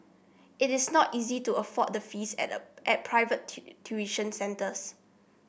it is not easy to afford the fees at the at private tuition centres